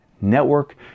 network